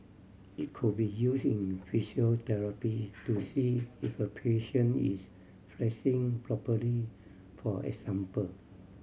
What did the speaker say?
it could be use in physiotherapy to see if a patient is flexing properly for example